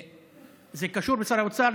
זה קשור לשר האוצר,